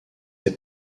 est